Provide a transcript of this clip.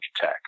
Tech